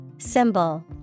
Symbol